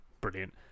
Brilliant